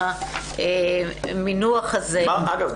אגב,